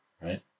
right